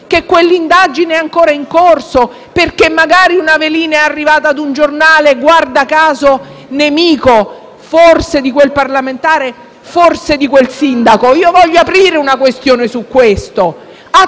che quell'indagine è ancora in corso perché magari una velina è arrivata a un giornale, guarda caso, nemico forse di quel parlamentare o di quel sindaco. Voglio aprire una riflessione su questo: